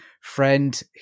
friend